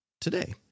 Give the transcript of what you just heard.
today